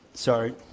Sorry